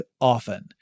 often